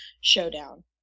showdown